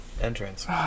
entrance